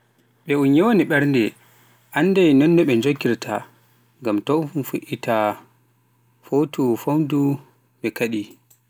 ɓe ɗun yewaani ɓerɗe anndai nonno ɓe tokkirta, ngam to fu'ita hoto fooɗtu ɓe kadi